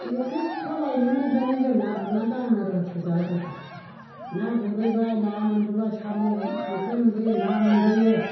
एक्के सिख्ला लाइमोननिफ्रायनो जों ना गुरनानै दाहोना रुवाथिखौ जाहोग्राखा ना गुरहैबाय ना मोनबोबाय साम' खांख्राइ मोनबोयो ना मोनबोयो